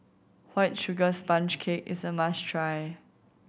White Sugar Sponge Cake is a must try